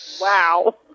Wow